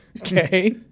Okay